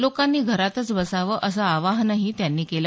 लोकांनी घरातच बसावं असं आवाहनही त्यांनी केलं